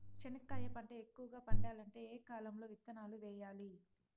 చెనక్కాయ పంట ఎక్కువగా పండాలంటే ఏ కాలము లో విత్తనాలు వేయాలి?